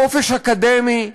חופש אקדמי,